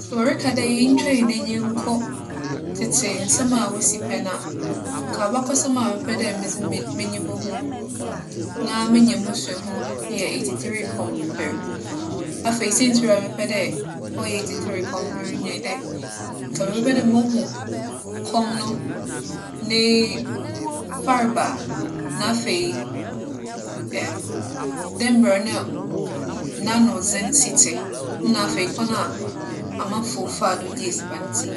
Sɛ wͻreka dɛ yentwa hɛn enyi nkͻ tsetsensɛm a woesi pɛn a, nka abakͻsɛm a mɛpɛ dɛ medze m'enyi bohu na menya mu suahu yɛ afe apem ahakron eduowͻtwe ebiasa mu kͻm ber. Afei siantsir a mɛpɛ dɛ ͻyɛ afe apem ahakron eduowͻtwe ebiasa mu kͻm ber nye dɛ nka mɛpɛ dɛ mohu kͻm no ne farbaa. Na afei, dɛ mbrɛ na n'anodzen si tse. Na afei, kwan a amamfo faa do nyaa edziban dzii.